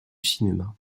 cinéma